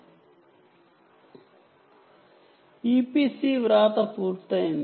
EPC right పూర్తయింది